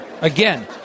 Again